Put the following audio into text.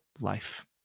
Life